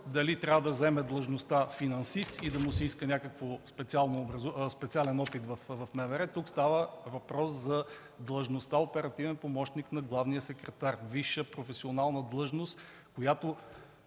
дали трябва да заеме длъжността „финансист” и да му се иска някакъв специален опит в МВР, а тук става въпрос за длъжността „оперативен помощник на главния секретар” – висша професионална длъжност, която